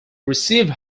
received